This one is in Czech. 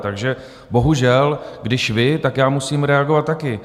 Takže bohužel, když vy, tak já musím reagovat taky.